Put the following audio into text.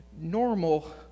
normal